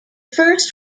first